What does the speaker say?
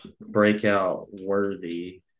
breakout-worthy